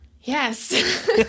Yes